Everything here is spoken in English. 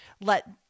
let